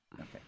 Okay